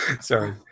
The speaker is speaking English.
sorry